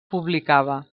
publicava